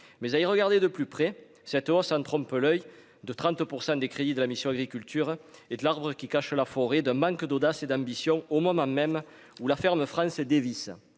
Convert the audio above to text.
mais à y regarder de plus près cette euros ça ne trompe l'oeil de 30 % des crédits de la mission Agriculture et de l'arbre qui cache la forêt d'un manque d'audace et d'ambition, au moment même où la ferme France et